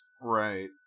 Right